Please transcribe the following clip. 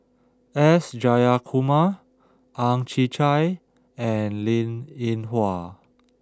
S Jayakumar Ang Chwee Chai and Linn In Hua